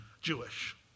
Jewish